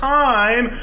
time